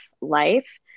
life